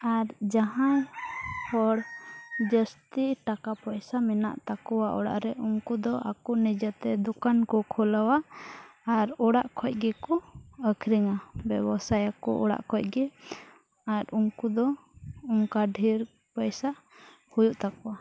ᱟᱨ ᱡᱟᱦᱟᱸᱭ ᱦᱚᱲ ᱡᱟᱹᱥᱛᱤ ᱴᱟᱠᱟ ᱯᱚᱭᱥᱟ ᱢᱮᱱᱟᱜ ᱛᱟᱠᱚᱣᱟ ᱚᱲᱟᱜ ᱨᱮ ᱩᱱᱠᱩ ᱫᱚ ᱟᱠᱚ ᱱᱤᱡᱮᱛᱮ ᱫᱚᱠᱟᱱ ᱠᱚ ᱠᱷᱩᱞᱟᱹᱣᱟ ᱟᱨ ᱚᱲᱟᱜ ᱠᱷᱚᱡ ᱜᱮᱠᱚ ᱟᱹᱠᱷᱨᱤᱧᱟ ᱵᱮᱵᱚᱥᱟᱭᱟᱠᱚ ᱚᱲᱟᱜ ᱠᱷᱚᱡ ᱜᱮ ᱟᱨ ᱩᱱᱠᱩ ᱫᱚ ᱚᱱᱠᱟ ᱰᱷᱮᱹᱨ ᱯᱟᱭᱥᱟ ᱦᱩᱭᱩᱜ ᱛᱟᱠᱚᱣᱟ